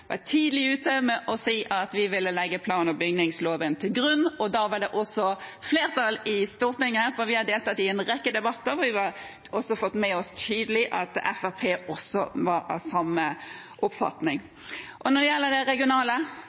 var tidlig ute med å si at vi ville legge plan- og bygningsloven til grunn. Og da var det også flertall i Stortinget, for vi har deltatt i en rekke debatter, og vi har også fått med oss – tydelig – at Fremskrittspartiet var av samme oppfatning. Og når det gjelder det regionale: